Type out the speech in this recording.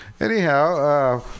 Anyhow